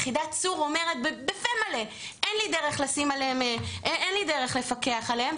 יחידת צור אומרת בפה מלא שאין לה דרך לפקח עליהם,